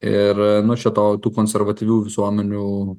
ir na čia to tų konservatyvių visuomenių